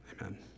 Amen